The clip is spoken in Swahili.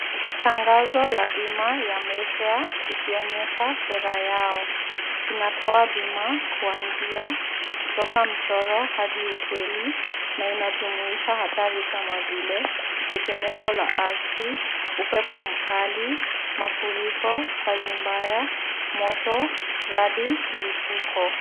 Tangazo la bima ya Mayfair ikionyesha sera yao. Inatoa bima kwanzia kutoka mchoro hadi ukweli na inajumuisha hatari kama vile, tetemeko la ardhi, upepo mkali, mafuriko, kazi mbaya, moto, radi, mlipuko.